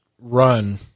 run